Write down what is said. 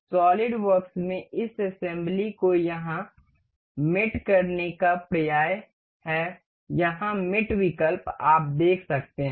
SolidWorks में इस assembly को यहां मेट करने का पर्याय है यहां मेट विकल्प आप देख सकते हैं